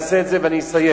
אני אעשה את זה ואני אסיים.